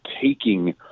taking